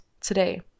today